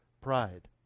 pride